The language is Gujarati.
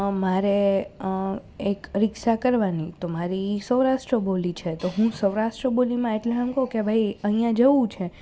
મારે એક રિક્ષા કરવાની તો મારી સૌરાષ્ટ્ર બોલી છે તો હું સૌરાષ્ટ્ર બોલીમાં એટલે આમ કહું કે ભાઈ અહીંયા જવું છે